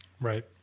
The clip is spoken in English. Right